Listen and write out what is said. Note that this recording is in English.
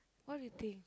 what you think